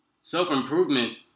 self-improvement